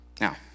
Now